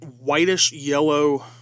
whitish-yellow